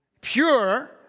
Pure